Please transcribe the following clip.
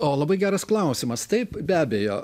o labai geras klausimas taip be abejo